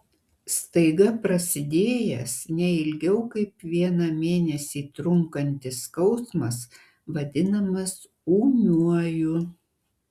staiga prasidėjęs ne ilgiau kaip vieną mėnesį trunkantis skausmas vadinamas ūmiuoju